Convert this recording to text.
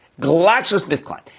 GlaxoSmithKline